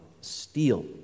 steal